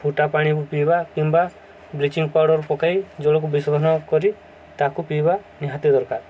ଫୁଟା ପାଣି ପିଇବା କିମ୍ବା ବ୍ଲିଚିଂ ପାଉଡର୍ ପକାଇ ଜଳକୁ ବିଶୋଧନ କରି ତାକୁ ପିଇବା ନିହାତି ଦରକାର